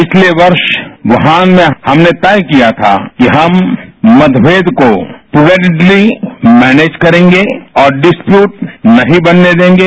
पिछले वर्ष वुहान में हमने तय किया था कि हम मतमेद को प्रोवेडेडली मैनेज करेंगे और डिस्पूट नहीं बनने देंगे